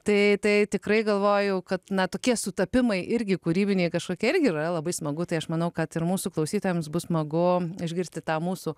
tai tai tikrai galvojau kad na tokie sutapimai irgi kūrybiniai kažkokia irgi yra labai smagu tai aš manau kad ir mūsų klausytojams bus smagu išgirsti tą mūsų